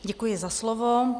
Děkuji za slovo.